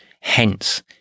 hence